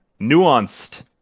nuanced